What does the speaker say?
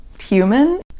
human